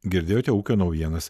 girdėjote ūkio naujienas